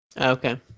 Okay